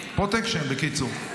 בקיצור, פרוטקשן.